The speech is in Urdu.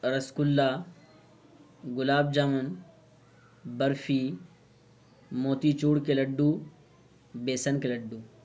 رس گلا گلاب جامن برفی موتی چور کے لڈو بیسن کے لڈو